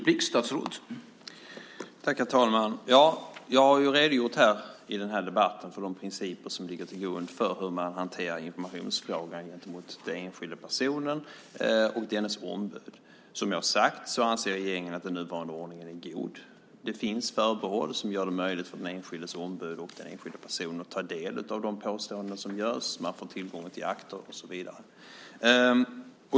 Herr talman! Jag har redogjort här i debatten för de principer som ligger till grund för hur man hanterar informationsfrågan gentemot den enskilda personen och dennas ombud. Som jag har sagt anser regeringen att den nuvarande ordningen är god. Det finns förbehåll som gör det möjligt för den enskildas ombud och den enskilda personen att ta del av de påståenden som görs. Man får tillgång till akter och så vidare.